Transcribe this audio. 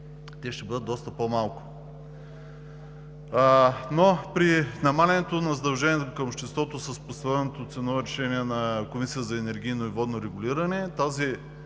а ще бъдат доста по-малко. При намаляването на задълженията към обществото с поставеното ценово решение на Комисията за енергийно и водно регулиране тази